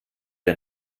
der